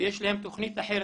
ויש להם תוכנית אחרת,